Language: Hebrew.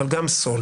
אבל גם סולברג,